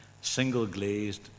single-glazed